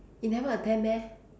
you never attend meh